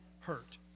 hurt